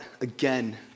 again